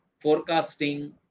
forecasting